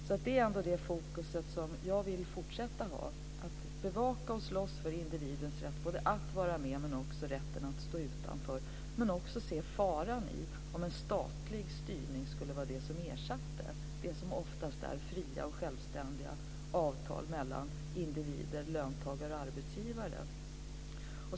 Jag vill fortsätta att ha fokus på att bevaka och slåss för individens rätt både att vara med och att stå utanför, men jag ser också faran i att låta en statlig styrning ersätta det som oftast är fria och självständiga avtal mellan individer-löntagare och arbetsgivare.